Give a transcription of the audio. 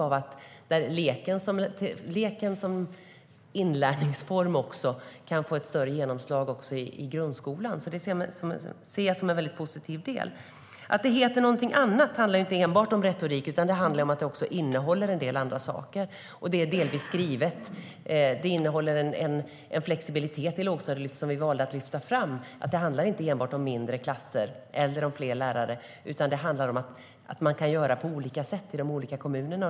Leken som inlärningsform kan då få ett större genomslag också i grundskolan. Det ser jag som en väldigt positiv del. Att det heter någonting annat handlar inte enbart om retorik, utan det handlar också om att det innehåller en del andra saker. Det är delvis skrivet. Det innehåller en flexibilitet i Lågstadielyftet som vi valde att lyfta fram. Det handlar inte enbart om mindre klasser eller om fler lärare, utan det handlar om att man kan göra på olika sätt i de olika kommunerna.